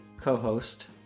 co-host